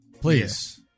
Please